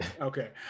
Okay